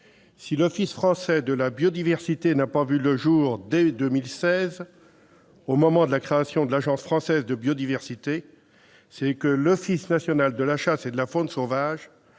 si l'Office français de la biodiversité n'a pas vu le jour dès 2016, au moment de la création de l'Agence française pour la biodiversité, c'est que l'Office national de la chasse et de la faune sauvage